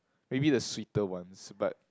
maybe the sweeter ones but